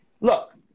look